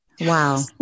Wow